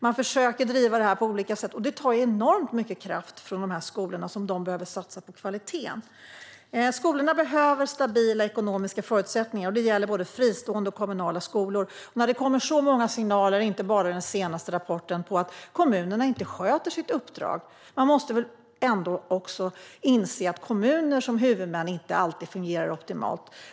Man försöker att driva detta på olika sätt, och det tar enormt mycket kraft från dessa skolor - kraft som de behöver satsa på kvaliteten. Skolorna behöver stabila ekonomiska förutsättningar; det gäller både fristående och kommunala skolor. Det kommer så många signaler, och inte bara i den senaste rapporten, på att kommunerna inte sköter sitt uppdrag. Man måste ändå inse att kommuner som huvudmän inte alltid fungerar optimalt.